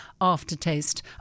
aftertaste